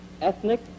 ethnic